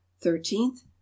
thirteenth